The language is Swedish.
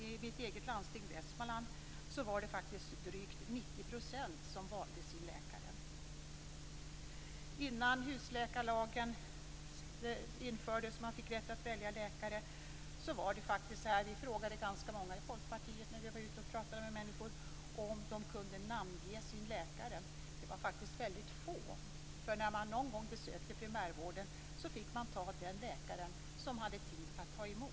I mitt eget landsting, Västmanland, var det faktiskt drygt 90 % som valde sin egen läkare. Innan husläkarlagen infördes och man fick rätt att välja läkare frågade vi folkpartister ganska ofta när vi var ute och pratade med människor om de kunde namnge sin läkare. Det var faktiskt väldigt få som kunde det. När man någon gång besökte primärvården fick man ta den läkare som hade tid att ta emot.